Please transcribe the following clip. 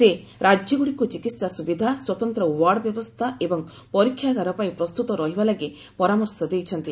ସେ ରାଜ୍ୟଗୁଡ଼ିକୁ ଚିକିତ୍ସା ସୁବିଧା ସ୍ୱତନ୍ତ୍ର ଓ୍ୱାର୍ଡ ବ୍ୟବସ୍ଥା ଏବଂ ପରୀକ୍ଷାଗାର ପାଇଁ ପ୍ରସ୍ତୁତ ରହିବା ଲାଗି ପରାମର୍ଶ ଦେଇଛନ୍ତି